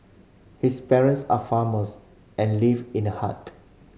his parents are farmers and live in a hut